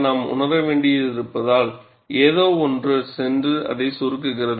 நாம் உணர வேண்டியிருப்பதால் ஏதோ ஒன்று சென்று அதை சுருக்குகிறது